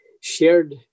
shared